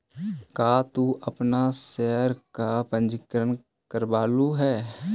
का तू अपन शेयर का पंजीकरण करवलु हे